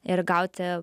ir gauti